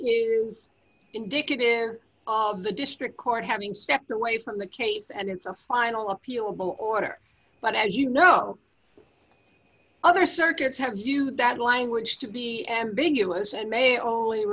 is indicative of the district court having stepped away from the case and it's a final appeal of the order but as you know other circuits have used that language to be ambiguous and may only